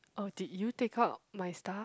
oh did you take out my stuff